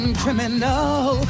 criminal